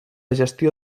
gestió